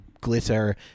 glitter